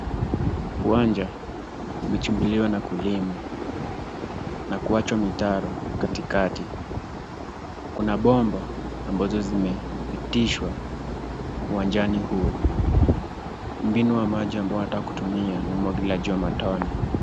Uwanja umechimbuliwa na kulimwa na kuachwa mitaro katikati. Kuna bomba ambazo zimepitishwa uwanjani huo. Mbinu wa maji ambao wanataka kutumia ni umwagiliaji wa matone.